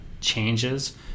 changes